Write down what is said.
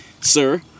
sir